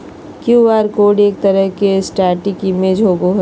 Q R code एक तरह के स्टेटिक इमेज होबो हइ